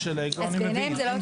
אם זה עניין של אגו, אני מבין.